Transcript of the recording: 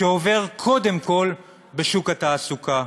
שעובר קודם כול בשוק התעסוקה.